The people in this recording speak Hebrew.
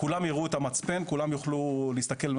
כולם ייראו את המצפן, כולם יוכלו להסתכל.